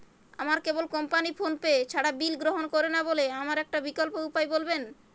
আমার cable company PhonePe ছাড়া bill গ্রহণ করে না বলে আমার একটা বিকল্প উপায় বলবেন?